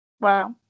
Wow